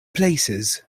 places